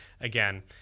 again